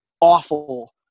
awful